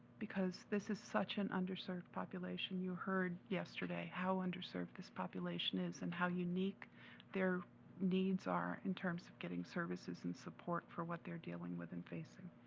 because this is such an underserved population you heard yesterday how underserved this population is and how unique their needs are in terms of getting services and support for what they're dealing with and facing.